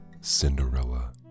Cinderella